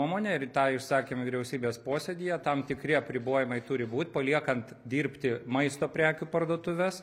nuomone ir tą išsakėme vyriausybės posėdyje tam tikri apribojimai turi būt paliekant dirbti maisto prekių parduotuves